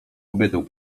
kobietę